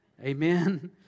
Amen